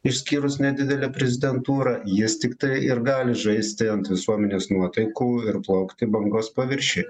išskyrus nedidelę prezidentūrą jis tiktai ir gali žaisti ant visuomenės nuotaikų ir plaukti bangos paviršiuje